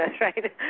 right